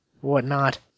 whatnot